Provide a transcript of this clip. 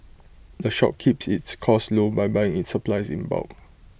the shop keeps its costs low by buying its supplies in bulk